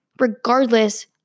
regardless